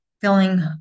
feeling